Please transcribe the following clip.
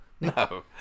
no